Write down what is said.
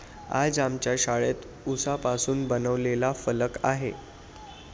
आज आमच्या शाळेत उसापासून बनवलेला फलक आहे